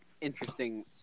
interesting